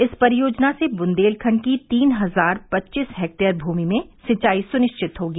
इस परियोजनाआ से बुन्देलखण्ड की तीन हजार पच्चीस हेक्टेयर भूमि में सिंचाई सुनिश्चित होगी